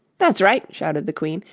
that's right shouted the queen.